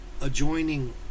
adjoining